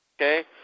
Okay